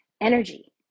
energy